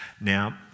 Now